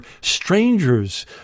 strangers